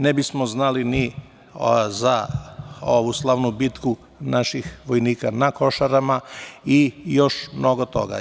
Ne bismo znali ni za ovu slavnu bitku naših vojnika na Košarama i još mnogo toga.